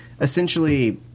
essentially